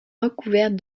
recouvert